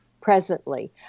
presently